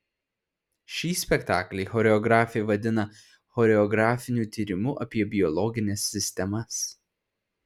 šį spektaklį choreografė vadina choreografiniu tyrimu apie biologines sistemas